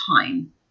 time